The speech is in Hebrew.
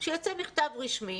שיצא מכתב רשמי